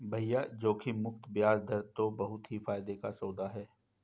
भैया जोखिम मुक्त बयाज दर तो बहुत ही फायदे का सौदा है